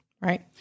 Right